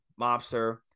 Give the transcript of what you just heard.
mobster